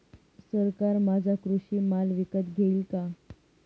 सरकार माझा कृषी माल विकत घेईल का?